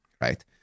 right